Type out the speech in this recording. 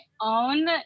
own